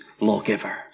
lawgiver